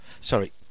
sorry